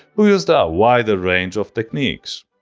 who used ah a wider range of techniques.